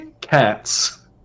cats